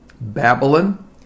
Babylon